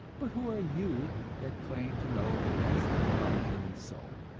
but who are you that claim to know the last thing about a human soul?